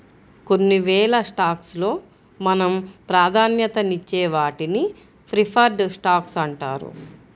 కొన్ని వేల స్టాక్స్ లో మనం ప్రాధాన్యతనిచ్చే వాటిని ప్రిఫర్డ్ స్టాక్స్ అంటారు